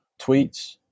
tweets